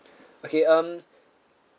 okay um